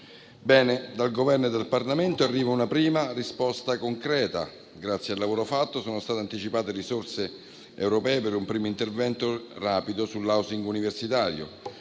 Dal Governo e dal Parlamento arriva una prima risposta concreta: grazie al lavoro fatto sono state anticipate risorse europee per un primo intervento rapido sull'*housing* universitario